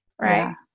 Right